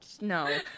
No